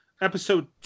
episode